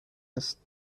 است